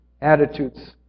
attitudes